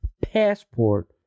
passport